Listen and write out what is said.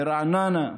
ברעננה,